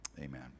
Amen